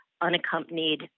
unaccompanied